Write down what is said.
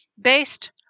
based